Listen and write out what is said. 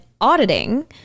auditing